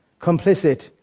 complicit